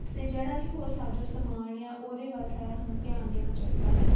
ਅਤੇ ਜਿਹੜਾ ਵੀ ਹੋਰ ਸਾਜੋ ਸਮਾਨ ਹੈ ਆ ਉਹਦੇ ਵੱਲ ਸਾਰਾ ਸਾਨੂੰ ਧਿਆਨ ਦੇਣਾ ਚਾਹੀਦਾ ਹੈ